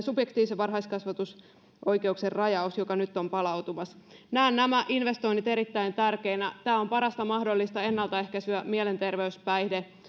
subjektiivisen varhaiskasvatusoikeuden rajaus se on nyt palautumassa näen nämä investoinnit erittäin tärkeinä tämä on parasta mahdollista ennaltaehkäisyä mielenterveys päihde